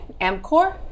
Amcor